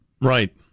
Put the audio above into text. Right